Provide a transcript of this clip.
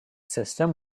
system